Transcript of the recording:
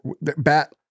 bat